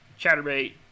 Chatterbait